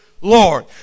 Lord